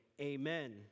Amen